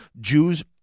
Jews